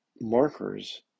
markers